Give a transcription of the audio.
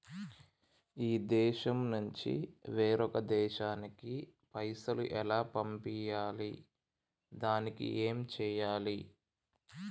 ఈ దేశం నుంచి వేరొక దేశానికి పైసలు ఎలా పంపియ్యాలి? దానికి ఏం చేయాలి?